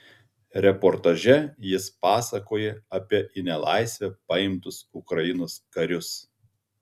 reportaže jis pasakoja apie į nelaisvę paimtus ukrainos karius